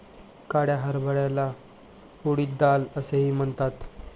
काळ्या हरभऱ्याला उडीद डाळ असेही म्हणतात